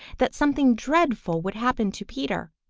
that something dreadful would happen to peter.